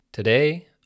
Today